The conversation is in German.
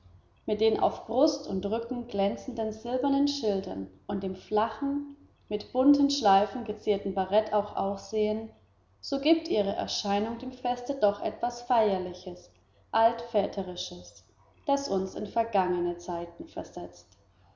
mit den auf brust und rücken glänzenden silbernen schilden und dem flachen mit bunten schleifen gezierten barett auch aussehen so gibt ihre erscheinung dem feste doch etwas feierliches altväterisches das uns in vergangene zeiten versetzt